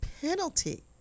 penalty